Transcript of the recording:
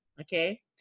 okay